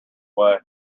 way